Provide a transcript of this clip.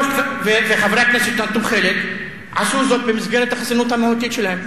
וחברי הכנסת שנטלו חלק עשו זאת במסגרת החסינות המהותית שלהם.